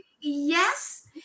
Yes